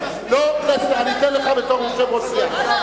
אני אתן לך בתור יושב-ראש סיעה.